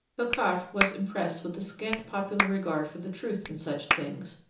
hocquart was impressed with the scant popular regard for the truth in such things,